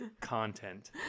content